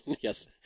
Yes